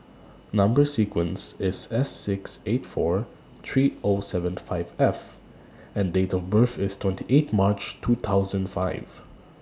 Number sequence IS S six eight four three Zero seven five F and Date of birth IS twenty eight March two thousand five